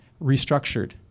restructured